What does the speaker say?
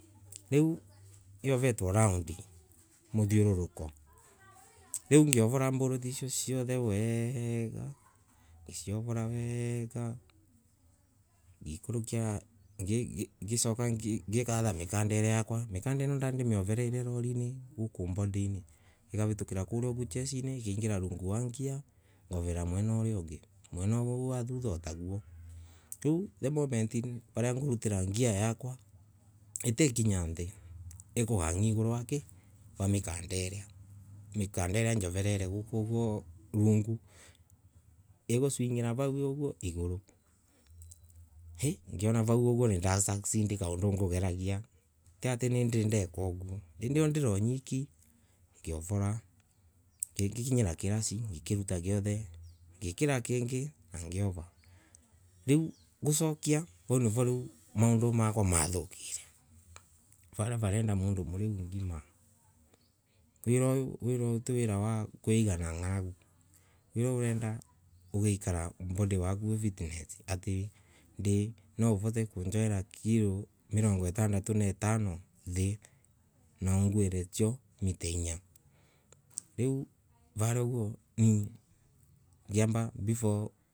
Riu yovetwe round i. muthiururuko. Riu ngiovora bolticio cionthe weega. ngiciova weega. ngikuruka ngicoka ngigatha mikanda tria yakwa. Mikanda ino ndimioverera guku lorry ini ikavitukia kuria ugwo jeshini ikavitukia rungu rwa gear ngoverera mwena uria wingi. Mwena uria wa thutha otaguo. Riu the moment i varia ngurutira ngia yakwa. itikinya nthi. iku- hang i tguru ria kii wa mikanda tria. mikanda tria njoverere guku rungu. Tguswing ira vau iguru. Heh ngwino vau nira succeed i kaundu ngugeragiatiati nindirineka uguo. Indi iyo ndire owiki. ngiovora. ngikinyira kiraci ikiruta kionthe. ngikira kingi na ngiova. Riu gucioka vau nivo maunda makwa mathukire. varia varena mundu muriru ngima. wira uyu ti wira wa kwtiga na ng’aragu. Uyu urenda body yaku igekara ii fitness. Ati naauvote kunjovera kilo mirongo itandatu na itano nthi. naanguire chio miti inya. Riu varia uguo ngiamba. before.